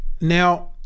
Now